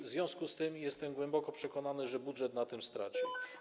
W związku z tym jestem głęboko przekonany, że budżet na tym straci.